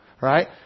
right